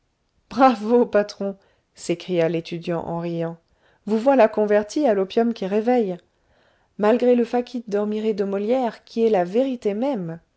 bravo patron s'écria l'étudiant en riant vous voilà converti à l'opium qui réveille malgré le facit dormire de molière qui est la vérité même